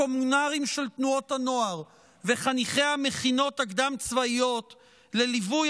הקומונרים של תנועות הנוער וחניכי המכינות הקדם-צבאיות לליווי